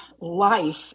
life